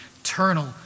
eternal